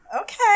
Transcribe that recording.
Okay